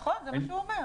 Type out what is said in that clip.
נכון, זה מה שהוא אומר.